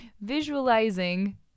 visualizing